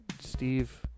Steve